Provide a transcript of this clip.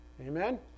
Amen